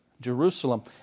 Jerusalem